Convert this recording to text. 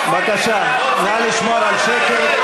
בבקשה, נא לשמור על שקט.